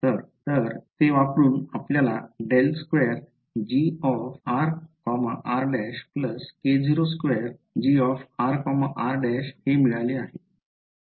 तर तर ते वापरून आपल्याला हे मिळाले आहे